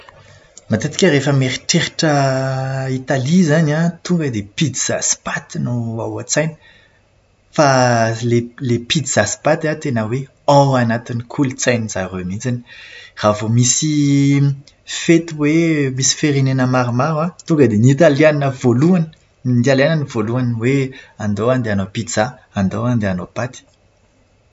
Matetika rehefa mieritreritra Italia izany an, tonga dia pizza sy paty no ao an-tsaina. Fa ilay pizza sy paty an tena hoe ao anatin'ny kolotsain'izareo mihitsiny. Raha vao misy fety hoe misy firenena maromaro, tonga dia ny italiana voalohany, ny italiana no voalohany hoe andao andeha hanao pizza, andao handeha hanao paty.